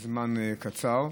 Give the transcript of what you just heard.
לזמן קצר,